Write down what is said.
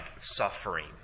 suffering